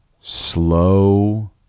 slow